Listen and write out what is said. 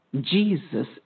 Jesus